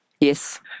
Yes